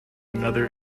another